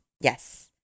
Yes